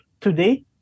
today